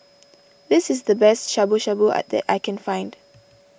this is the best Shabu Shabu that I can find